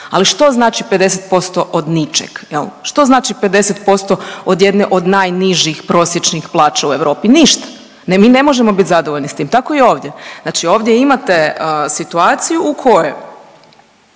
Ali što znači 50% od ničeg jel? Što znači 50% od jedne od najnižih prosječnih plaća u Europi? Ništa. Mi ne možemo biti zadovoljni s tim. Tako i ovdje. Znači ovdje imate situaciju